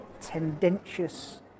tendentious